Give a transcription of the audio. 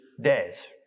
days